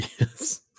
Yes